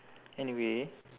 anyway